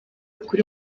kuri